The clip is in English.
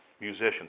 musicians